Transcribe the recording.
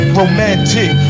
romantic